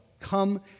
come